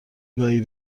گاهی